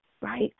right